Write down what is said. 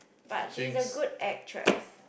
but she is a good actress